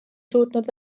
suutnud